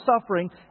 suffering